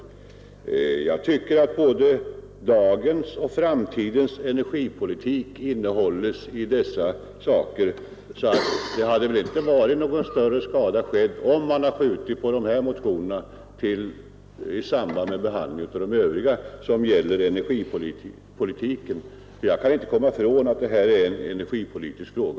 Dessa uppgifter tycks 65 mig spegla förhållandet mellan dagens och morgondagens energipolitik, och det hade väl mot bakgrund härav inte varit någon större skada skedd, om man hade skjutit upp behandlingen av dessa motioner så att den hade kommit i samband med handläggningen av de övriga motionerna som gäller energipolitiken. Jag kan inte komma ifrån att detta också är en energipolitisk fråga.